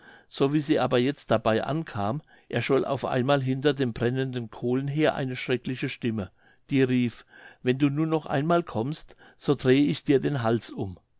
so wie sie aber jetzt dabei ankam erscholl auf einmal hinter den brennenden kohlen her eine schreckliche stimme die rief wenn du nun noch einmal kommst so drehe ich dir den hals um